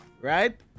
right